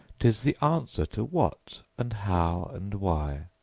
tis the answer to what? and how? and why?